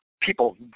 people